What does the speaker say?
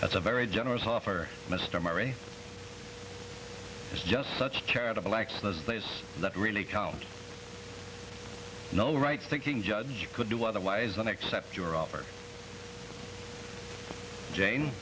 that's a very generous offer mr mari is just such charitable acts those days that really count no right thinking judge could do otherwise than accept your offer jane